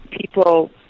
people